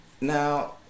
Now